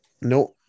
no